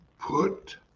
put